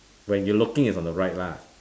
when you looking is on the right lah